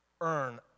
earn